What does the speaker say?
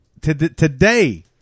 Today